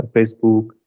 Facebook